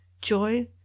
joy